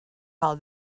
how